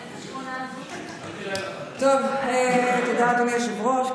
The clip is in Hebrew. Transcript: תודה, אדוני היושב-ראש.